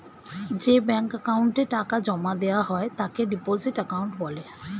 যে ব্যাঙ্ক অ্যাকাউন্টে টাকা জমা দেওয়া হয় তাকে ডিপোজিট অ্যাকাউন্ট বলে